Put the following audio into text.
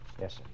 Yes